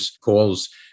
calls